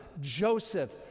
Joseph